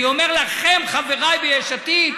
אני אומר לכם, חבריי ביש עתיד,